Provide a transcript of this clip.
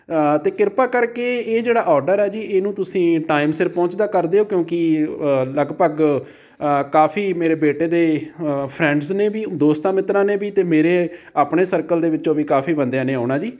ਅਤੇ ਕਿਰਪਾ ਕਰਕੇ ਇਹ ਜਿਹੜਾ ਔਡਰ ਹੈ ਜੀ ਇਹਨੂੰ ਤੁਸੀਂ ਟਾਈਮ ਸਿਰ ਪਹੁੰਚਦਾ ਕਰ ਦਿਉ ਕਿਉਂਕਿ ਲਗਭਗ ਕਾਫੀ ਮੇਰੇ ਬੇਟੇ ਦੇ ਫਰੈਂਡਸ ਨੇ ਵੀ ਦੋਸਤਾਂ ਮਿੱਤਰਾਂ ਨੇ ਵੀ ਅਤੇ ਮੇਰੇ ਆਪਣੇ ਸਰਕਲ ਦੇ ਵਿੱਚੋਂ ਵੀ ਕਾਫੀ ਬੰਦਿਆਂ ਨੇ ਆਉਣਾ ਜੀ